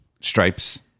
Stripes